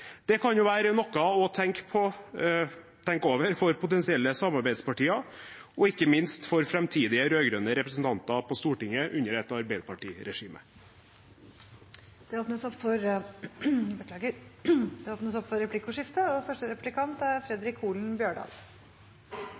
Det kan jo være noe å tenke over for potensielle samarbeidspartier, og ikke minst for framtidige rød-grønne representanter på Stortinget under et Arbeiderparti-regime. Det blir replikkordskifte. I innlegget sitt, men særleg i Aftenposten rett etter at budsjettet vart lagt fram, tok representanten Bjørnstad på seg ei stram og